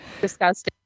disgusting